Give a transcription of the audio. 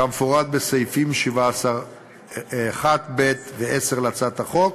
כמפורט בסעיפים 7(1)(ב) ו-10 להצעת החוק,